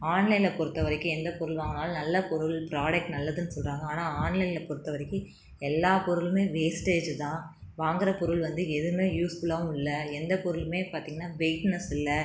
ஆன்லைனில் பொறுத்தவரைக்கும் எந்த பொருள் வாங்கினாலும் நல்ல பொருள் ப்ராடக்ட் நல்லதுனு சொல்கிறாங்க ஆனால் ஆன்லைனில் பொறுத்தவரைக்கு எல்லா பொருளுமே வேஸ்ட்டேஜ்ஜி தான் வாங்குகிற பொருள் வந்து எதுவுமே யூஸ்ஃபுல்லாகவும் இல்லை எந்த பொருளுமே பார்த்திங்கனா வெயிட்னஸ் இல்லை